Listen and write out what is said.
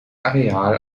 areal